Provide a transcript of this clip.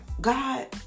God